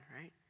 right